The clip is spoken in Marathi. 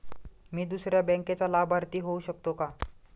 मी दुसऱ्या बँकेचा लाभार्थी होऊ शकतो का?